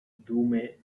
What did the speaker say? dume